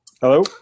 Hello